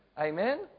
Amen